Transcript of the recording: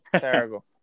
Terrible